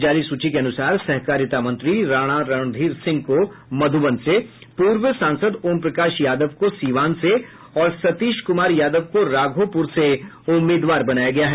जारी सूची के अनुसार सहकारिता मंत्री राणा रणधीर सिंह को मध्रबन से पूर्व सांसद ओम प्रकाश यादव को सीवान से और सतीश कुमार यादव को राघोपुर से उम्मीदवार बनाया गया है